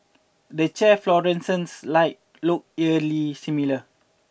the chair fluorescent light look eerily similar